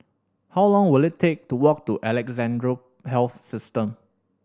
how long will it take to walk to Alexandra Health System